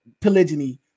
polygyny